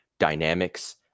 dynamics